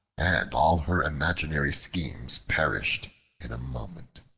and all her imaginary schemes perished in a moment.